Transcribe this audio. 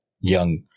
young